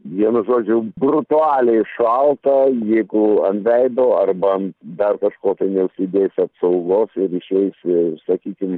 vienu žodžiu brutualiai šalta jeigu ant veido arba dar kažkokią neužsidėsi apsaugos ir išeisi sakykim